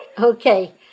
Okay